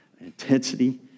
intensity